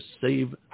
save